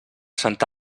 santa